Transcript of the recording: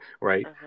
Right